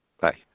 Bye